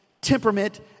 temperament